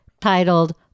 titled